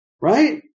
right